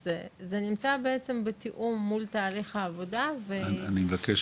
אז זה נמצא בעצם בתיאום מול תהליך העבודה --- אני מבקש